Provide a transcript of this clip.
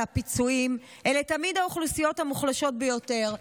הפיצויים אלה תמיד האוכלוסיות המוחלשות ביותר.